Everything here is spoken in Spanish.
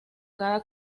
cada